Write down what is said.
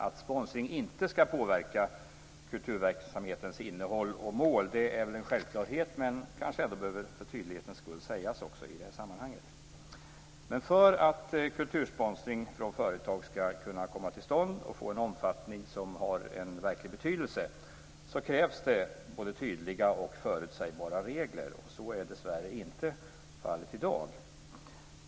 Att sponsring inte ska påverka kulturverksamhetens innehåll och mål är en självklarhet, men det behöver kanske också sägas för tydlighetens skull. För att kultursponsring från företag ska kunna komma till stånd och få en omfattning som har en verklig betydelse krävs det både tydliga och förutsägbara regler. Så är dessvärre inte fallet i dag.